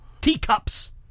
Teacups